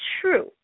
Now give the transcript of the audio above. true